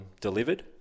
delivered